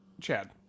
Chad